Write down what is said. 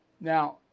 Now